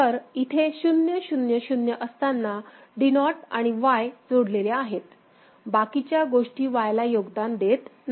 तर इथे 0 0 0 असताना D नॉट आणि Y जोडलेले आहेत बाकीच्या गोष्टी Y ला योगदान देत नाहीत